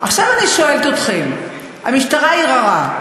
עכשיו אני שואלת אתכם: המשטרה ערערה,